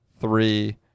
three